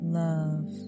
love